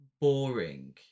boring